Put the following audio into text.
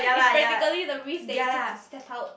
is practically the risk that you took to step out